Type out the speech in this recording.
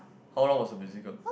how long was the musical